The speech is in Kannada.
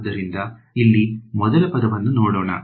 ಆದ್ದರಿಂದ ಇಲ್ಲಿ ಮೊದಲ ಪದವನ್ನು ನೋಡೋಣ